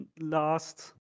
last